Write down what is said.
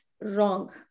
wrong